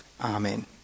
Amen